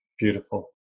Beautiful